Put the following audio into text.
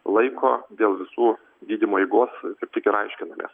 laiko dėl visų gydymo eigos tik ir aiškinamės